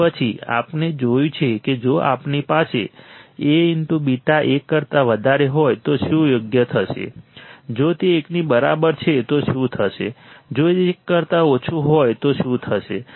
અને પછી આપણે જોયું કે જો આપણી પાસે Aβ 1 કરતા વધારે હોય તો શું યોગ્ય થશે જો તે 1 ની બરાબર છે તો શું થશે જો તે 1 કરતા ઓછું હોય તો શું થશે